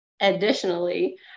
Additionally